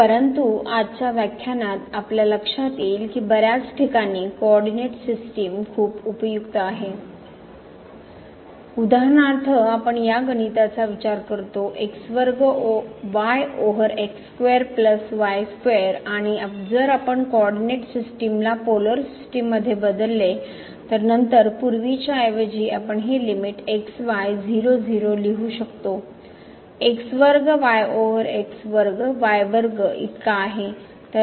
परंतु आजच्या व्याख्यानात आपल्या लक्षात येईल की बर्याच ठिकाणी कोऑरडीनेट सिस्टीम खूप उपयुक्त आहे उदाहरणार्थ आपण या गणिताचा विचार करतो x वर्ग y over x square plus y square आणि जर आपण कोऑरडीनेट सिस्टीमला पोलर सिस्टीम मध्ये बदलू तर नंतर पूर्वीच्याऐवजी आपण हे लिमिट x y 0 0 लिहू शकतो x वर्ग y ओवर x वर्ग y वर्ग इतका आहे